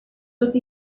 tot